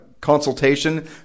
consultation